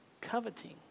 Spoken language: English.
coveting